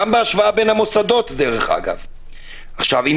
גם בהשוואה בין המוסדות דרך אגב.